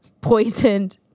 poisoned